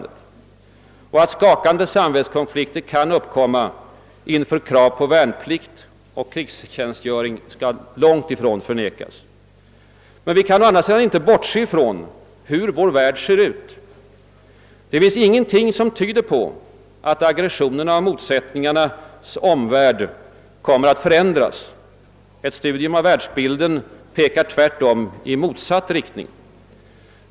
Det skall heller inte förnekas att skakande samvetskonflikter kan uppkomma inför krav på värnplikt och krigstjänstgöringsskyldighet. Men å andra sidan kan vi inte bortse från hur vår värld ser ut. Ingenting tyder heller på att aggressionernas och motsättningarnas omvärld kommer att förändras. Ett studium av världsbilden pekar tvärtom i motsatt riktning.